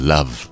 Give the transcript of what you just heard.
Love